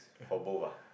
for both ah